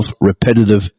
repetitive